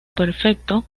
prefecto